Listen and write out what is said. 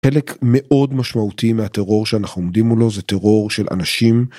חלק מאוד משמעותי מהטרור שאנחנו עומדים מולו זה טרור של אנשים.